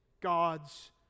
God's